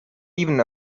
even